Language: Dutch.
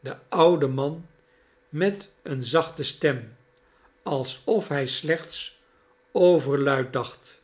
de oude man met eene zachte stem alsof hij slechts overluid dacht